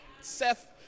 Seth